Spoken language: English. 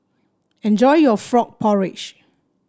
enjoy your Frog Porridge